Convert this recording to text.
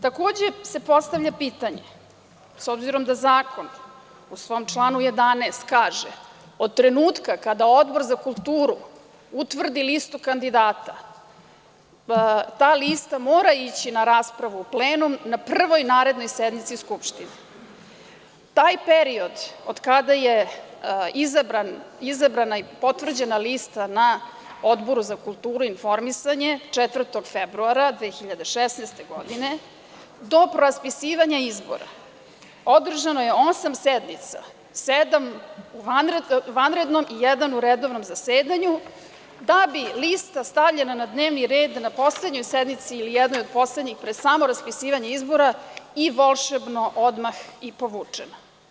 Takođe se postavlja pitanje, s obzirom da zakon u svom članu 11. kaže – od trenutka kada Odbor za kulturu utvrdi listu kandidata, ta lista mora ići na raspravu u plenum na prvoj narednoj sednici Skupštine, taj period od kada je izabrana i potvrđena lista na Odboru za kulturu i informisanje 4. februara 2016. godine, do raspisivanja izbora održano je osam sednica, sedam u vanrednom i jedna u redovnom zasedanju, da bi lista stavljena na dnevni red na poslednjoj sednici ili jednoj od poslednjih pred samo raspisivanje izbora i volšebno odmah i povučena.